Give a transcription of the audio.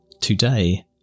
Today